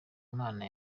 imana